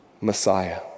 Messiah